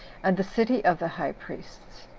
and the city of the high priests.